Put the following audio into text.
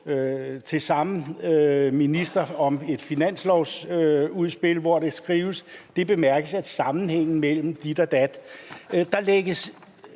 til samme minister om et finanslovsudspil, hvor der skrives, at det bemærkes, at sammenhængen mellem dit og dat .... Der lægges